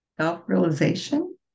self-realization